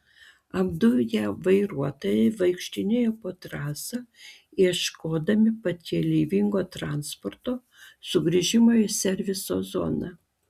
apduję vairuotojai vaikštinėjo po trasą ieškodami pakeleivingo transporto sugrįžimui į serviso zoną